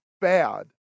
bad